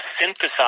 synthesize